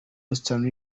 western